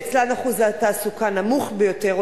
שאצלן אחוז התעסוקה נמוך ביותר.